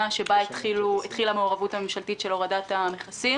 שבה התחילה המעורבות הממשלתית של הורדת המכסים.